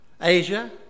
Asia